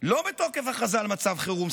לא מתוקף הכרזה על מצב חירום.